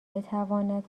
بتواند